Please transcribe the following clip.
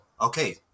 okay